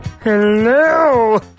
Hello